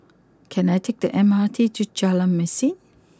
can I take the M R T to Jalan Mesin